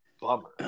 bummer